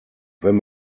wenn